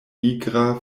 nigra